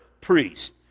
priest